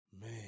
Man